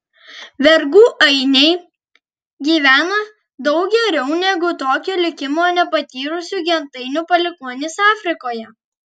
vergų ainiai gyvena daug geriau negu tokio likimo nepatyrusiųjų gentainių palikuonys afrikoje